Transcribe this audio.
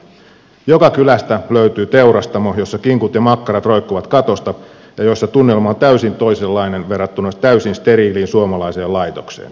joka kylästä löytyy teurastamo jossa kinkut ja makkarat roikkuvat katosta ja joissa tunnelma on täysin toisenlainen verrattuna täysin steriiliin suomalaiseen laitokseen